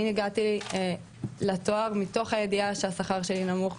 אני הגעתי לתואר מתוך הידיעה שהשכר שלי נמוך,